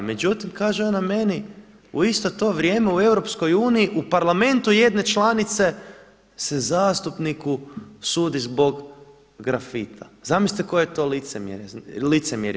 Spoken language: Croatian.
Međutim kaže ona meni u isto to vrijeme u EU u parlamentu jedne članice se zastupniku sudi zbog grafita, zamislite koje je to licemjerje.